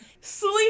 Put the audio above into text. Sleep